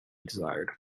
desired